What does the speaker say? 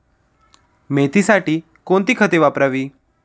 मेथीसाठी कोणती खते वापरावी?